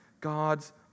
God's